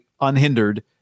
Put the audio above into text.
unhindered